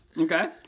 Okay